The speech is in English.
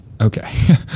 Okay